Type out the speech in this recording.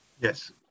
Yes